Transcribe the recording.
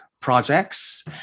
projects